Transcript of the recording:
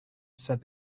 said